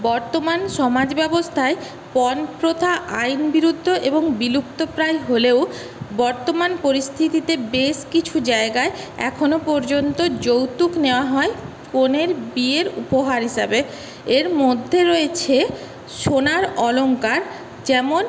বর্তমান সমাজ ব্যবস্থায় পণপ্রথা আইন বিরুদ্ধ ও বিপুপ্তপ্রায় হলেও বর্তমান পরিস্থিতিতে বেশ কিছু জায়গায় এখনও পর্যন্ত যৌতুক নেওয়া হয় কনের বিয়ের উপহার হিসাবে এর মধ্যে রয়েছে সোনার অলঙ্কার যেমন